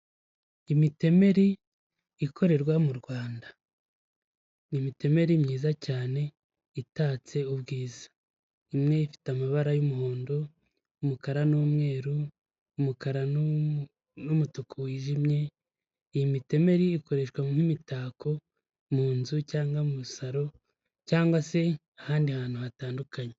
Imitemeri ikorerwa mu Rwanda, ni imitemeri myiza cyane itatse ubwiza, imwe ifite amabara y'umuhondo, umukara n'umweru, umukara n'umutuku wijimye, iyi mitemeri ikoreshwa nk'imitako mu nzu cyangwa muri saro cyangwa se ahandi hantu hatandukanye.